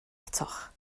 atoch